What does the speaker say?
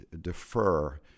defer